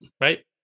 right